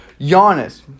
Giannis